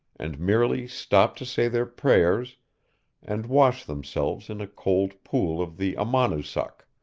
and merely stopped to say their prayers and wash themselves in a cold pool of the amonoosuck,